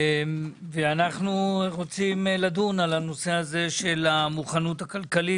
אנחנו רוצים לדון על הנושא הזה של המוכנות הכלכלית,